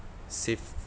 save